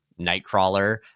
Nightcrawler